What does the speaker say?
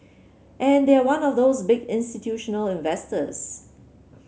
and they are one of those big institutional investors